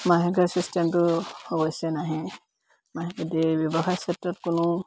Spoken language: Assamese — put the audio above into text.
মাহেকৰ চিষ্টেমটোৱে হৈছে ব্যৱসায় ক্ষেত্ৰত কোনো